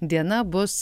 diena bus